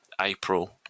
April